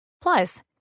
Plus